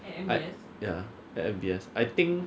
ya at M_B_S I think